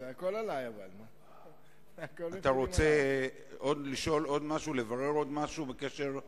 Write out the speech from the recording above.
אתה רוצה לשאול עוד משהו בקשר,